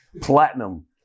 platinum